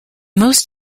most